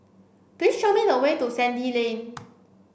please show me the way to Sandy Lane